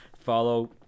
Follow